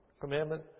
commandment